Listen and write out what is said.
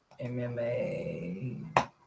MMA